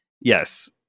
yes